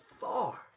far